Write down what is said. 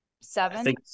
Seven